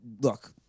look